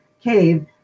cave